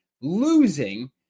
Losing